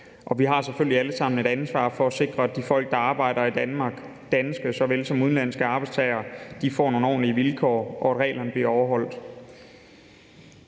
vi har selvfølgelig alle sammen et ansvar for at sikre, at de folk, der arbejder i Danmark – danske såvel som udenlandske arbejdstagere – får nogle ordentlige vilkår, og at reglerne bliver overholdt.